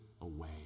away